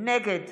נגד